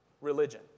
religion